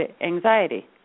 anxiety